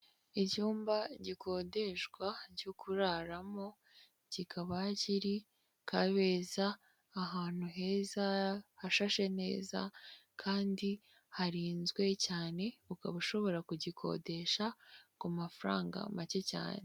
Icyumba gikodeshwa cyo kuraramo, kikaba kiri Kabeza ahantu heza, hashashe neza kandi harinzwe cyane, ukaba ushobora kugikodesha ku mafaranga make cyane.